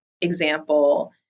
example